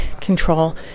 control